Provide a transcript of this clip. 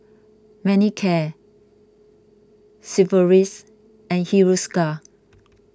Manicare Sigvaris and Hiruscar